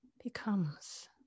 becomes